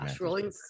Rolling